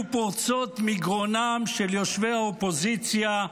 פורצות מגרונם של יושבי האופוזיציה,